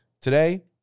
Today